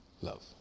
love